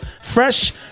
fresh